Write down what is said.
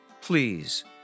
Please